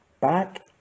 back